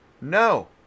No